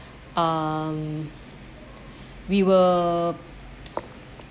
um we were